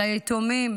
על היתומים